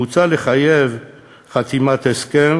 מוצע לחייב חתימת הסכם